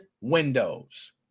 Windows